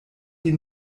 ihn